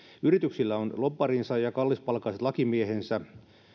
yrityksillä on lobbarinsa ja kallispalkkaiset lakimiehensä